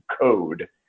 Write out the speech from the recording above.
code